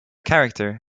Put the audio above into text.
character